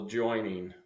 joining